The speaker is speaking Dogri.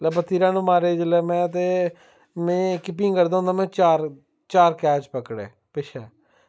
उसलै बत्ती रन मारे जेल्लै में ते में कीपींग करदा होंदा में चार चार कैच पकड़े पिच्छें